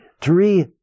three